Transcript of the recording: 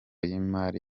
y’imari